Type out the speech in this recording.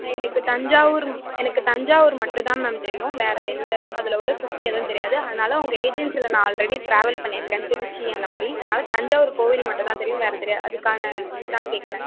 ஆ எனக்கு தஞ்சாவூர் எனக்கு தஞ்சாவூர் மட்டும் தான் மேம் தெரியும் வேறு எந்த அதில் உள்ளே சுற்றி எதுவும் தெரியாது அதனால் உங்கள் ஏஜென்சியில் நான் ஆல்ரெடி டிராவல் பண்ணியிருக்கேன் திருச்சி அந்த மாதிரி அதனால் தஞ்சாவூர் கோவில் மட்டும் தான் தெரியும் வேறு தெரியாது அதுக்கான இது தான் கேட்கறேன்